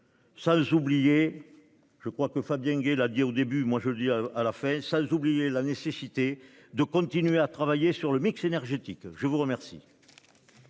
Sans oublier. Je crois que Fabien Gay là dit au début, moi je le dis à la fête. Sans oublier la nécessité de continuer à travailler sur le mix énergétique. Je vous remercie.